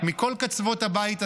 מכל קצוות הבית הזה,